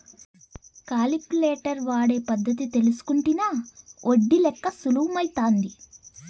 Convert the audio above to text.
calculator వాడే పద్ధతి తెల్సుకుంటినా ఒడ్డి లెక్క సులుమైతాది